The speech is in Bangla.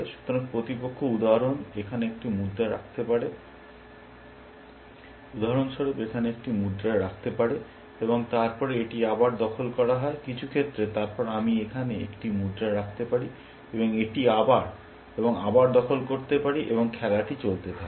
সুতরাং প্রতিপক্ষ উদাহরণস্বরূপ এখানে একটি মুদ্রা রাখতে পারে এবং তারপরে এটি আবার দখল করা হয় কিছু অর্থে তারপর আমি এখানে একটি মুদ্রা রাখতে পারি এবং এটি আবার এবং আবার দখল করতে পারি এবং খেলাটি চলতে থাকে